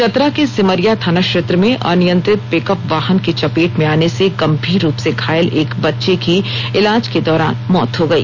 चतरा के सिमरिया थाना क्षेत्र में अनियंत्रित पिकअप वाहन की चपेट में आने से गंभीर रूप से घायल एक बच्चे की इलाज के दौरान मौत हो गई